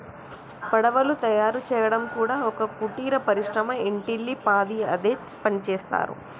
పడవలు తయారు చేయడం కూడా ఒక కుటీర పరిశ్రమ ఇంటిల్లి పాది అదే పనిచేస్తరు